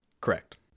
Correct